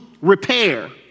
repair